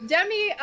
Demi